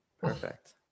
Perfect